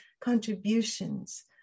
contributions